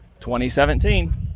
2017